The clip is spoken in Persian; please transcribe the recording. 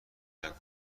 نگو